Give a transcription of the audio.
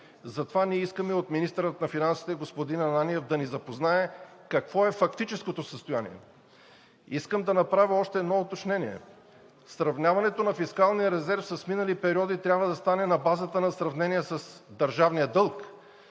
затова ние искаме от министъра на финансите господин Ананиев да ни запознае какво е фактическото състояние. Искам да направя още едно уточнение – сравняването на фискалния резерв с минали периоди трябва да стане на базата на сравнение с държавния дълг,